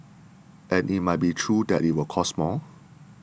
and it might be true that it will cost more